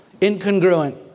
incongruent